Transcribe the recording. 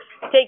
take